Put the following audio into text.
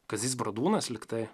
kazys bradūnas lygtai